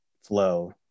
flow